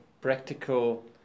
practical